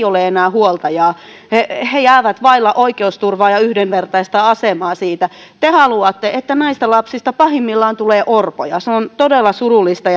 ole enää huoltajaa he he jäävät vaille oikeusturvaa ja yhdenvertaista asemaa siinä te haluatte että näistä lapsista pahimmillaan tulee orpoja se on todella surullista